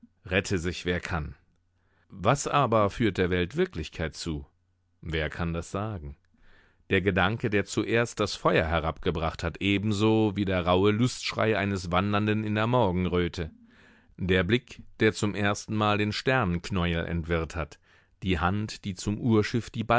rette sich wer kann was aber führt der welt wirklichkeit zu wer kann das sagen der gedanke der zuerst das feuer herabgebracht hat ebenso wie der rauhe lustschrei eines wandernden in der morgenröte der blick der zum erstenmal den sternenknäuel entwirrt hat die hand die zum urschiff